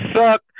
suck